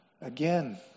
Again